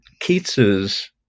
Keats's